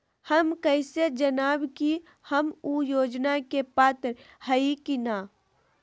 हम कैसे जानब की हम ऊ योजना के पात्र हई की न?